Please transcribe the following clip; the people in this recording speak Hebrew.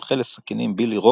המומחה לסכינים, בילי רוקס,